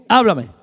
Háblame